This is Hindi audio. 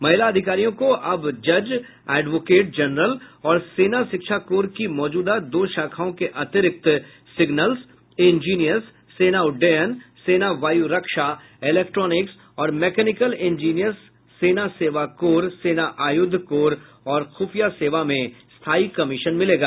महिला अधिकारियों को अब जज एडवोकेट जनरल और सेना शिक्षा कोर की मौजूदा दो शाखाओं के अतिरिक्त सिग्नल्स इंजीनियर्स सेना उड्डयन सेना वायु रक्षा इलेक्ट्रॉनिक्स और मैकेनिकल इंजीनियर्स सेना सेवा कोर सेना आयुध कोर और खुफिया सेवा में स्थायी कमीशन मिलेगा